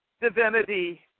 divinity